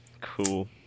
cool